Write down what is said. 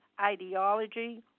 ideology